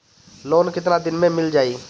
Loan कितना दिन में मिल जाई?